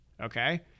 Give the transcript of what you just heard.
Okay